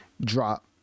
drop